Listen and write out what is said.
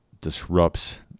disrupts